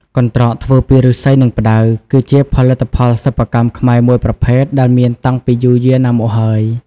កន្ត្រកធ្វើពីឫស្សី និងផ្តៅ គឺជាផលិតផលសិប្បកម្មខ្មែរមួយប្រភេទដែលមានតាំងពីយូរយារណាស់មកហើយ។